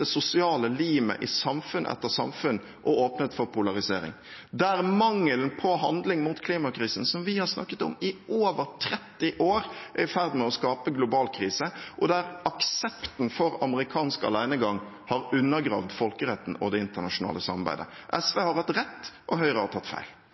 det sosiale limet i samfunn etter samfunn og åpnet for polarisering, der mangelen på handling mot klimakrisen – som vi har snakket om i over 30 år – er i ferd med å skape en global krise, og der aksepten for amerikansk alenegang har undergravd folkeretten og det internasjonale samarbeidet.